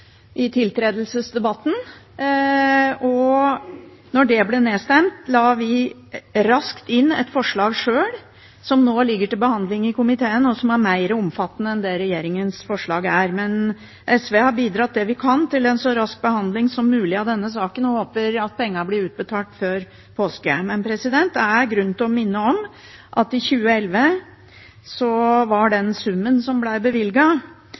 i tiltredelsesdebatten. Da det ble nedstemt, la vi raskt inn et forslag sjøl, som nå ligger til behandling i komiteen, og som er mer omfattende enn det regjeringens forslag er. Men SV har bidratt det vi kan til en så rask behandling som mulig av denne saken, og håper at pengene blir utbetalt før påske. Men det er grunn til å minne om at i 2011 var den summen som